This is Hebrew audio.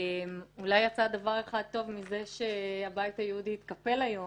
אולי יצא דבר אחד טוב מזה שהבית היהודי התקפל היום,